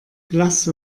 blass